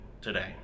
today